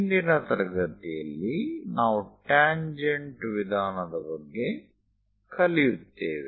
ಇಂದಿನ ತರಗತಿಯಲ್ಲಿ ನಾವು ಟ್ಯಾಂಜೆಂಟ್ ವಿಧಾನದ ಬಗ್ಗೆ ಕಲಿಯುತ್ತೇವೆ